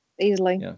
easily